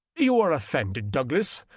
you are offended, douglas.